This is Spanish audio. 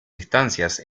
estancias